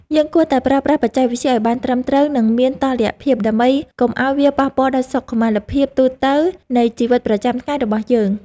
យើងគួរតែប្រើប្រាស់បច្ចេកវិទ្យាឲ្យបានត្រឹមត្រូវ និងមានតុល្យភាពដើម្បីកុំឲ្យវាប៉ះពាល់ដល់សុខុមាលភាពទូទៅនៃជីវិតប្រចាំថ្ងៃរបស់យើង។